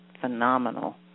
phenomenal